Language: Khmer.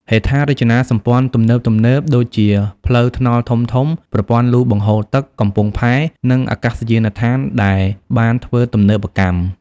ហេដ្ឋារចនាសម្ព័ន្ធទំនើបៗ ដូចជាផ្លូវថ្នល់ធំៗ ប្រព័ន្ធលូបង្ហូរទឹក កំពង់ផែ និងអាកាសយានដ្ឋានដែលបានធ្វើទំនើបកម្ម។